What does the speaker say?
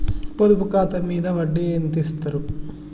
పొదుపు ఖాతా మీద వడ్డీ ఎంతిస్తరు?